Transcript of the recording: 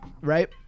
right